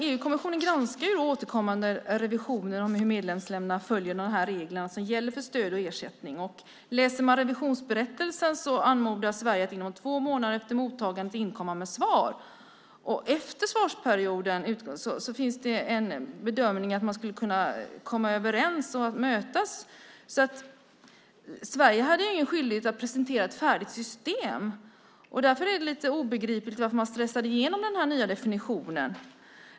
EU-kommissionen granskar ju återkommande revisioner om hur medlemsländerna följer de regler som gäller för stöd och ersättning. Läser man revisionsberättelsen anmodas Sverige att inom två månader efter mottagandet inkomma med svar. Efter att svarsperioden utgått finns det en bedömning av att man skulle kunna komma överens och mötas. Sverige hade ingen skyldighet att presentera ett färdigt system. Därför är det lite obegripligt varför man stressade igenom denna nya definition.